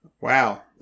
Wow